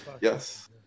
Yes